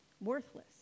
worthless